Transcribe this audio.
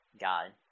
God